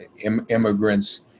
immigrants